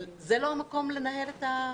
אבל זה לא המקום לנהל אותו.